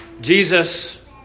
Jesus